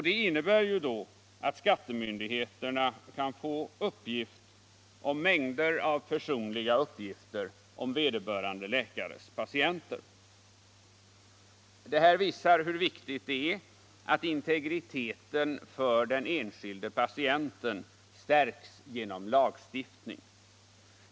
Det innebär ju att skattemyndigheterna kan få mängder av personliga uppgifter om vederbörande läkares patienter. Detta visar hur viktigt det är att integriteten för den enskilde patienten stärks genom lagstiftning.